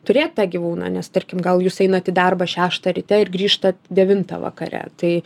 turėt tą gyvūną nes tarkim gal jūs einat į darbą šeštą ryte ir grįžtat devintą vakare tai